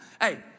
Hey